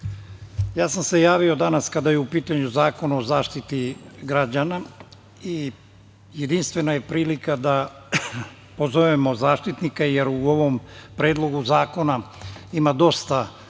ja sam se javio danas kada je u pitanju Zakon o zaštiti građana i jedinstvena je prilika da pozovemo Zaštitnika jer u ovom Predlogu zakona ima dosta prostora